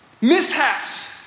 mishaps